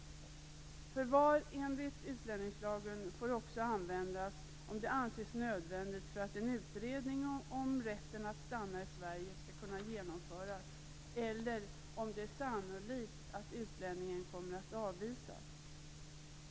Förvar enligt utlänningslagen får också användas om det anses nödvändigt för att en utredning om rätten att stanna i Sverige skall kunna genomföras eller om det är sannolikt att utlänningen kommer att avvisas.